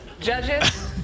Judges